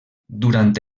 durant